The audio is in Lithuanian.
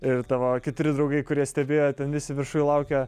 ir tavo draugai kurie stebėjo ten visi viršuj laukia